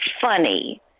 funny